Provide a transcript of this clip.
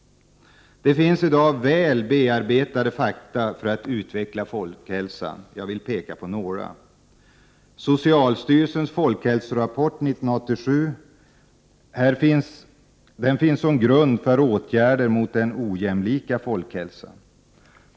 Det finns i dag väl bearbetade fakta för att utveckla folkhälsan. Jag skall peka på några. Socialstyrelsens Folkhälsorapport 1987 finns som grund för åtgärder mot den ojämlika folkhälsan.